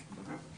ביטחונית.